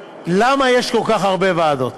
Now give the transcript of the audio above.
למה יש כל כך הרבה ועדות,